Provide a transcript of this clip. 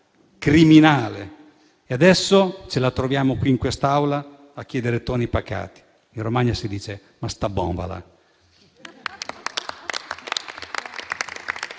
«Criminale!». E adesso ce la troviamo in quest'Aula a chiedere toni pacati. In Romagna si dice «Mo sta bon, va